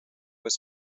was